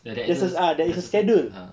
ya there is a there's a ah